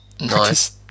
Nice